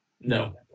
No